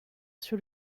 sur